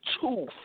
two